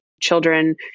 children